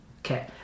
Okay